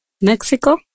Mexico